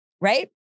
right